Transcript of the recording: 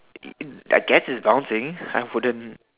I guess it's bouncing I wouldn't